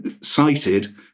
cited